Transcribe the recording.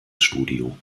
studio